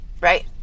Right